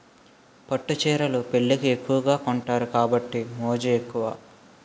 పట్టు చీరలు పెళ్లికి ఎక్కువగా కొంతారు కాబట్టి మోజు ఎక్కువ